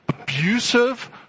abusive